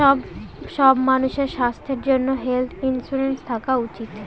সব মানুষের স্বাস্থ্যর জন্য হেলথ ইন্সুরেন্স থাকা উচিত